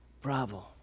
Bravo